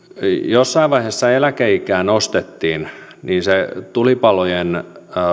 jossain vaiheessa eläkeikää nostettiin mutta se tulipalojen